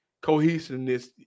cohesiveness